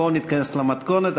אבל בואו נתכנס למתכונת.